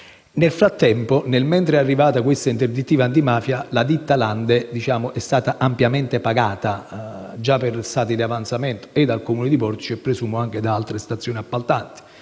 Nel frattempo, nel mentre è arrivata questa interdittiva antimafia, la ditta Lande è stata ampiamente pagata per stato di avanzamento dei lavori dal Comune di Portici e - presumo - anche da altre stazioni appaltanti.